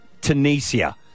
Tunisia